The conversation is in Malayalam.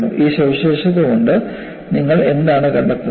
ഈ സവിശേഷത കൊണ്ട് നിങ്ങൾ എന്താണ് കണ്ടെത്തുന്നത്